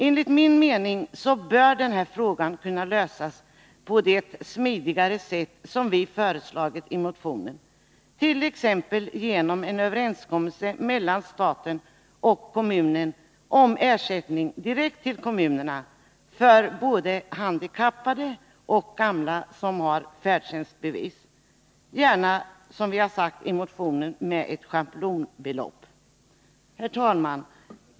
Enligt min mening bör denna fråga kunna lösas på det smidigare sätt som vi har föreslagit i motionen, t.ex. genom en överenskommelse mellan staten och kommunen om ersättning direkt till kommunerna för både handikappade och gamla med färdtjänstbevis, gärna, som vi har sagt i motionen, med ett schablonbelopp. Herr talman!